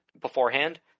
beforehand